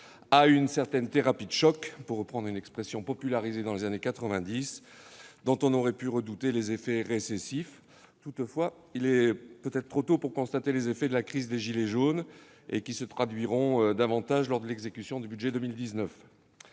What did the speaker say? à une certaine « thérapie de choc », pour reprendre une expression popularisée dans les années quatre-vingt-dix, dont on aurait pu redouter les effets récessifs. Toutefois, il est peut-être trop tôt pour constater les effets de la crise des « gilets jaunes », qui se traduiront davantage lors de l'exécution du budget 2019.